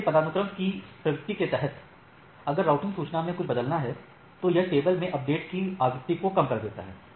इसलिए पदानुक्रम कि प्रवित्ती के तहत अगर राउतिंग सूचना में कुछ बदलता है तो यह टेबल में अपडेट की आवृत्ति को कम कर देता है